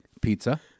Pizza